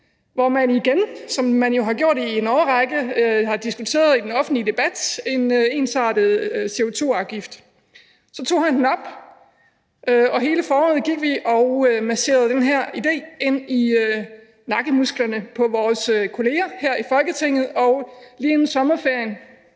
hvor man igen, som man jo har gjort i en årrække, havde diskuteret det i den offentlige debat. Så tog han det op, og hele foråret gik vi og masserede den her idé ind i nakkemusklerne på vores kolleger her i Folketinget, og lige inden sommerferien